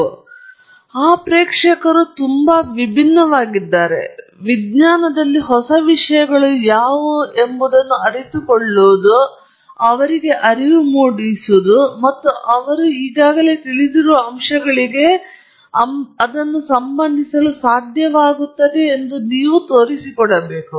ಆದ್ದರಿಂದ ಆ ಪ್ರೇಕ್ಷಕರು ತುಂಬಾ ವಿಭಿನ್ನವಾಗಿದೆ ವಿಜ್ಞಾನದಲ್ಲಿ ಹೊಸ ವಿಷಯಗಳು ಯಾವುವು ಎಂಬುದನ್ನು ಅರಿತುಕೊಳ್ಳುವುದು ಮತ್ತು ಅರಿವು ಮೂಡಿಸುವುದು ಮತ್ತು ಅವರು ಈಗಾಗಲೇ ತಿಳಿದಿರುವ ಅಂಶಗಳಿಗೆ ಅದನ್ನು ಸಂಬಂಧಿಸಲು ಸಾಧ್ಯವಾಗುತ್ತದೆ ಎಂದು ಅವರು ತಿಳಿದುಕೊಳ್ಳುತ್ತಾರೆ